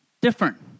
different